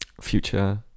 Future